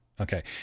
Okay